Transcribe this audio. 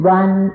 one